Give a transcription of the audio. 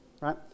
right